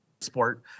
sport